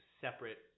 separate